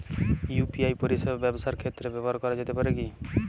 UPI পরিষেবা ব্যবসার ক্ষেত্রে ব্যবহার করা যেতে পারে কি?